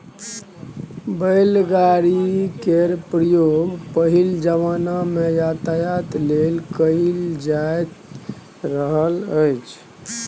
बैलगाड़ी केर प्रयोग पहिल जमाना मे यातायात लेल कएल जाएत रहय